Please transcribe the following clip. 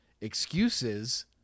excuses